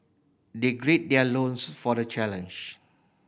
they grid their loins for the challenge